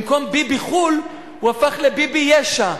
במקום ביבי-חו"ל הוא הפך לביבי-יש"ע.